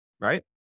Right